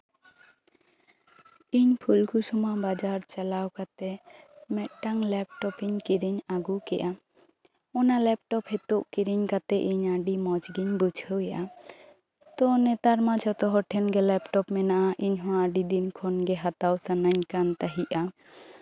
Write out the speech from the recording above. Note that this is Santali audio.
ᱤᱧ ᱯᱷᱩᱞᱠᱩᱥᱢᱟᱹ ᱵᱟᱡᱟᱨ ᱪᱟᱞᱟᱣ ᱠᱟᱛᱮᱜ ᱢᱤᱫᱴᱟᱝ ᱞᱮᱯᱴᱚᱯ ᱤᱧ ᱠᱤᱨᱤᱧ ᱟᱜᱩ ᱠᱮᱜᱼᱟ ᱚᱱᱟ ᱞᱮᱯᱴᱚᱯ ᱱᱤᱛᱚᱜ ᱠᱤᱨᱤᱧ ᱠᱟᱛᱮᱜ ᱤᱧ ᱟᱹᱰᱤ ᱢᱚᱸᱡ ᱜᱤᱧ ᱵᱩᱡᱷᱟᱹᱣ ᱮᱜᱼᱟ ᱛᱳ ᱱᱮᱛᱟᱨ ᱢᱟ ᱡᱷᱚᱛᱚ ᱦᱚᱲ ᱴᱷᱮᱱᱜᱮ ᱞᱮᱯᱴᱚᱯ ᱢᱮᱱᱟᱜᱼᱟ ᱤᱧᱦᱚᱸ ᱟᱹᱰᱤ ᱫᱤᱱ ᱠᱷᱚᱱ ᱜᱮ ᱦᱟᱛᱟᱣ ᱥᱟᱱᱟᱧ ᱠᱟᱱ ᱛᱟᱦᱮᱸᱜᱼᱟ